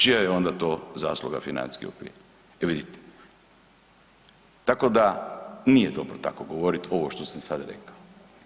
Čija je onda to zasluga financijski okvir, e vidite, tako da nije dobro tako govorit ovo što ste sad rekli.